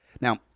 Now